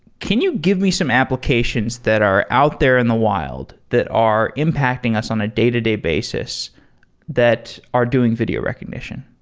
can you give me some applications applications that are out there in the wild that are impacting us on a day-to-day basis that are doing video recognition?